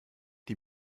die